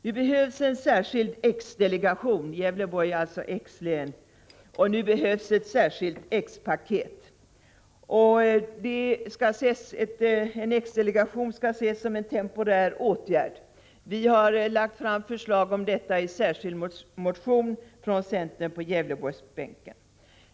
Nu behövs en särskild X-delegation — Gävleborg är X-län — nu behövs ett särskilt X-paket. En X-delegation skall ses som en temporär åtgärd. Vi har lagt fram förslag om detta i en särskild motion från centern på Gävleborgsbänken.